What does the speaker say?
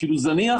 זה זניח,